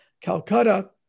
Calcutta